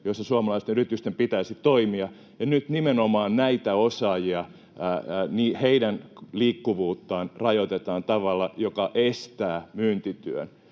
joilla suomalaisten yritysten pitäisi toimia, ja nyt nimenomaan näitä osaajia, heidän liikkuvuuttaan, rajoitetaan tavalla, joka estää myyntityön,